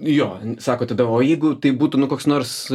jo sako tada o jeigu tai būtų nu koks nors